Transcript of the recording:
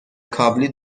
کابلی